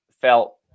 felt